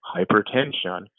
hypertension